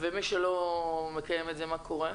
ומי שלא מקיים את זה, מה קורה?